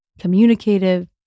communicative